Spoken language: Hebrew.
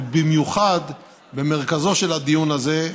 ובמיוחד במרכזו של הדיון הזה,